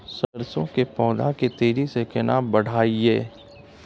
सरसो के पौधा के तेजी से केना बढईये?